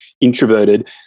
introverted